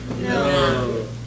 No